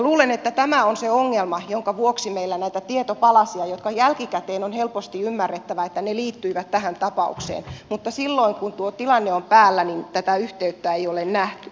luulen että tämä on se ongelma jonka vuoksi meillä on näitä tietopalasia joista jälkikäteen on helposti ymmärrettävä että ne liittyivät tähän tapaukseen mutta silloin kun tuo tilanne on päällä tätä yhteyttä ei ole nähty